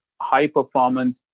high-performance